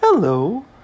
Hello